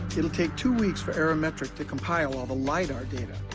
it'll take two weeks for aerometric to compile all the lidar data,